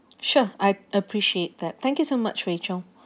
sure I appreciate that thank you so much rachel